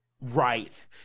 right